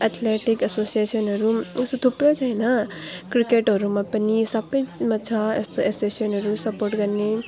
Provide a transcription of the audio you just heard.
athletic एसोसिएसनहरू यस्तो थुप्रो छ होइन क्रिकेटहरूमा पनि सबैमा छ यस्तो एसोसिएसनहरू सपोर्ट गर्ने